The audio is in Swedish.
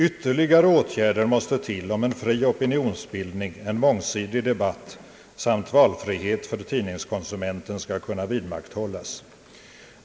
»Ytterligare åtgärder måste till om en fri opinionsbildning, en mångsidig debatt samt valfrihet för tidningskonsumenten skall kunna vidmakthållas.